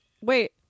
wait